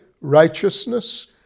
righteousness